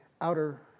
outer